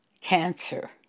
cancer